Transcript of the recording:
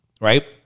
right